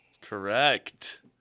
Correct